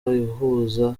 ihuza